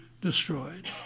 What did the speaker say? destroyed